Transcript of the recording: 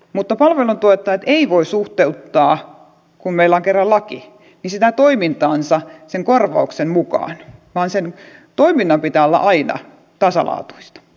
mutta palveluntuottajat eivät voi suhteuttaa kun meillä on kerran laki sitä toimintaansa sen korvauksen mukaan vaan sen toiminnan pitää olla aina tasalaatuista